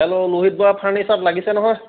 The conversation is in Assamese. হেল্ল' লোহিত বৰা ফাৰ্নিচাৰত লাগিছে নহয়